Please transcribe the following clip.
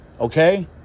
Okay